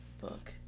Book